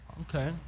Okay